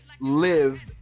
live